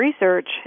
research